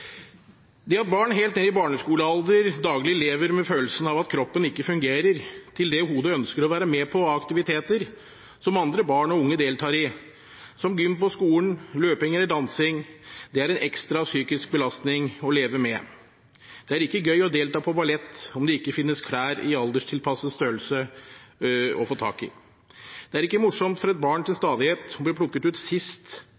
Barn som helt ned i barneskolealder daglig lever med følelsen av at kroppen ikke fungerer til det hodet ønsker å være med på av aktiviteter som andre barn og unge deltar i, som gym på skolen, løping eller dansing, har en ekstra psykisk belastning å leve med. Det er ikke gøy å delta på ballett om det ikke finnes klær i alderstilpasset størrelse å få tak i. Det er ikke morsomt for et barn til stadighet å bli plukket ut sist